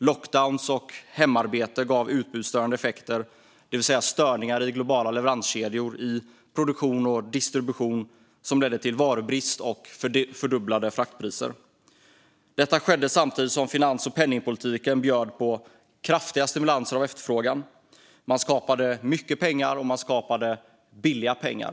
Lockdowns och hemarbete gav utbudsstörande effekter, det vill säga störningar i globala leveranskedjor - i produktion och distribution - som ledde till varubrist och fördubblade fraktpriser. Detta skedde samtidigt som finans och penningpolitiken bjöd på kraftiga stimulanser av efterfrågan. Man skapade mycket pengar, och man skapade billiga pengar.